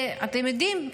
ואתם יודעים,